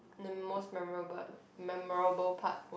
the most memorable memorable part was